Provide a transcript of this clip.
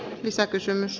arvoisa puhemies